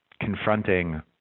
confronting